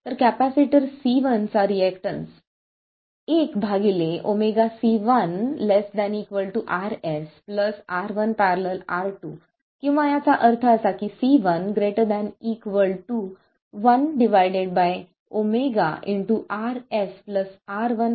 तर capacitor C1 चा reactance 1 ω C1 ≤ Rs R1 ║ R2 किंवा याचा अर्थ असा की C1 ≥ 1 ω Rs R1 ║ R2 आहे